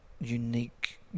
unique